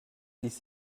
ließ